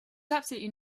absolutely